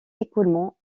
écoulement